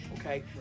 okay